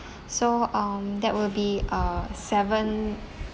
so um that will be uh seven